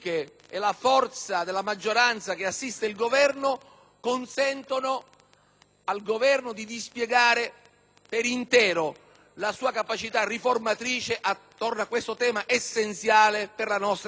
al Governo di dispiegare per intero la sua capacità riformatrice attorno a questo tema essenziale per la nostra convivenza civile. Io credo che l'equilibrio che lei ha manifestato,